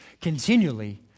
continually